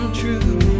true